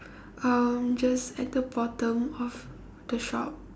um just at the bottom of the shop